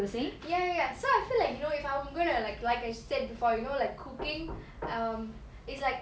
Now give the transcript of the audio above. ya ya so I feel like you know if I'm going to like I said before you know like cooking um it's like